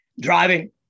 driving